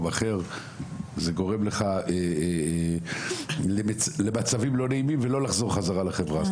אחר זה גורם לך למצבים לא נעימים ולא לחזור חזרה לחברה.